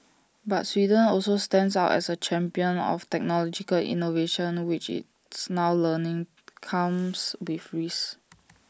but Sweden also stands out as A champion of technological innovation which it's now learning comes with frees